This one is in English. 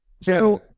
So-